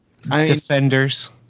Defenders